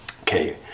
Okay